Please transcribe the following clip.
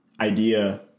idea